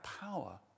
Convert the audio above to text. power